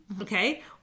okay